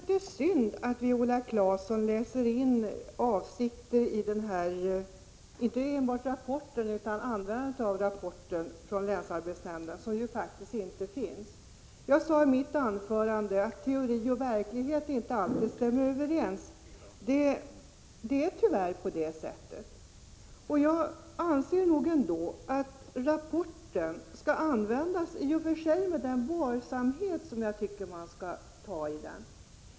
Herr talman! Jag tycker det är synd att Viola Claesson läser in avsikter i rapporten till länsarbetsnämnden i Kopparbergs län som faktiskt inte finns där. Jag sade i mitt anförande att teori och verklighet inte alltid stämmer överens. Det är tyvärr på det sättet. Jag anser att rapporten skall användas med varsamhet.